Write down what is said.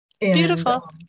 Beautiful